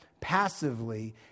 passively